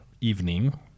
evening